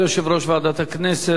תודה ליושב-ראש ועדת הכנסת.